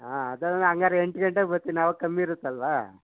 ಹಾಂ ಅದಲ್ಲ ಹಂಗಾರೆ ಎಂಟು ಗಂಟೆಗೆ ಬತ್ತೀನಿ ಅವಾಗ ಕಮ್ಮಿ ಇರುತ್ತಲ್ಲವಾ